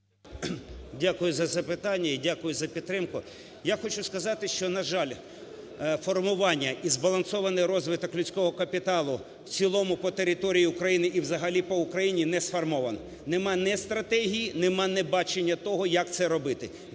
Дякую за запитання. Дякую за підтримку. Я хочу сказати, що, на жаль, формування і збалансований розвиток людського капіталу в цілому по території України і взагалі по Україні не сформований. Нема ні стратегії, нема ні бачення того, як це робити.